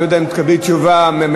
אני לא יודע אם תקבלי תשובה מהממשלה,